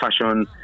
fashion